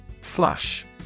Flush